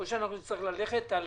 או שאנחנו נצטרך ללכת על